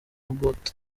obote